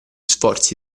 sforzi